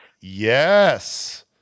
Yes